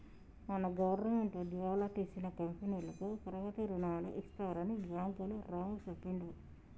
మన గవర్నమెంటు దివాలా తీసిన కంపెనీలకు పరపతి రుణాలు ఇస్తారని బ్యాంకులు రాము చెప్పిండు